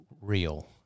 real